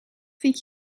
vind